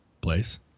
place